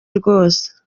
rwose